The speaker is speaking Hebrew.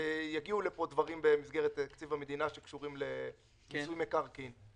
שיגיעו לפה דברים שקשורים למיסוי מקרקעין במסגרת תקציב המדינה.